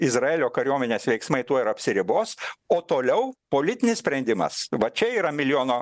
izraelio kariuomenės veiksmai tuo ir apsiribos o toliau politinis sprendimas va čia yra milijono